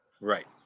Right